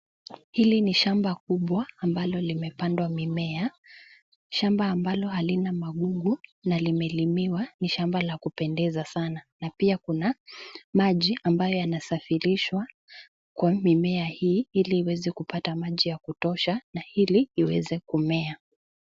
Hili ni shamba kubwa ambalo limepandwa mimea. Shamba ambalo halina magugu na limelimiwa. Ni shamba la kupendeza sana na pia kuna maji ambayo yanasafirishwa kwa mimea hii ili iweze kupata maji ya kutosha na ili iweze kumea.